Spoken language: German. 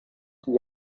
die